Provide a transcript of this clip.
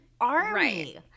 Army